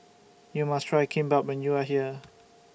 YOU must Try Kimbap when YOU Are here